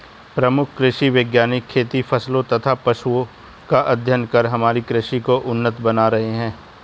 प्रमुख कृषि वैज्ञानिक खेती फसलों तथा पशुओं का अध्ययन कर हमारी कृषि को उन्नत बना रहे हैं